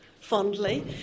fondly